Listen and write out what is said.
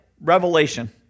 Revelation